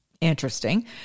Interesting